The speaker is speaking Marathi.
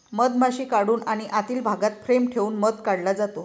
मधमाशी काढून आणि आतील भागात फ्रेम ठेवून मध काढला जातो